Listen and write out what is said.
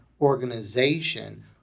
organization